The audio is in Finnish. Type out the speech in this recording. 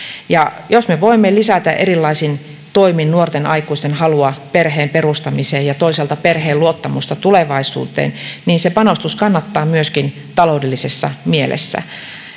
ja jos me voimme lisätä erilaisin toimin nuorten aikuisten halua perheen perustamiseen ja toisaalta perheen luottamusta tulevaisuuteen niin se panostus kannattaa myöskin taloudellisessa mielessä